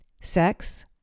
sex